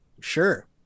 Sure